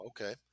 Okay